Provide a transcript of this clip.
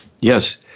Yes